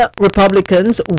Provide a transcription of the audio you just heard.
Republicans